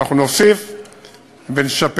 ואנחנו נוסיף ונשפר.